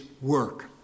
work